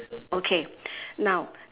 okay now